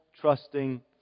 trusting